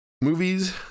Movies